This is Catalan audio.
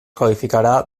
qualificarà